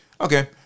Okay